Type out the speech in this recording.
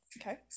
Okay